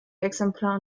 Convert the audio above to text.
exemplar